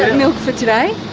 milk for today?